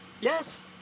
Yes